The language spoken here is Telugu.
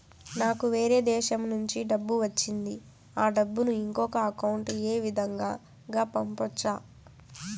నాకు వేరే దేశము నుంచి డబ్బు వచ్చింది ఆ డబ్బును ఇంకొక అకౌంట్ ఏ విధంగా గ పంపొచ్చా?